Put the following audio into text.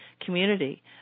community